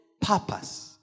purpose